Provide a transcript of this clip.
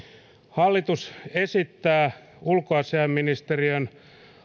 hallitus esittää ulkoasiainministeriön